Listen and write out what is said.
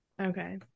Okay